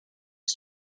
his